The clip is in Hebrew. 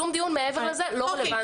שום דיון מעבר לזה לא רלוונטי.